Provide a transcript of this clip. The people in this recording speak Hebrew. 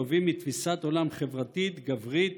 נובעים מתפיסת עולם חברתית גברית